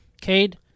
Cade